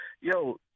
Yo